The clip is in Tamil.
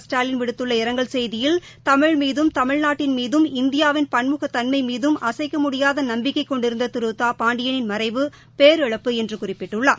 ஸ்டாலின் க விடுத்துள்ள இரங்கல் செய்தியில் தமிழ் மீதும் தமிழ்நாட்டின் மீதும் இந்தியாவின் பன்முகத் தன்மமீதும் அசைக்கமுடியாதநம்பிக்கைகொண்டிருந்ததிருபாண்டியனின் மறைவு பேரிழப்பு என்றுகுறிப்பிட்டுள்ளார்